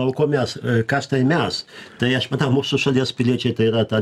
o ko mes kas tai mes tai aš manau mūsų šalies piliečiai tai yra ta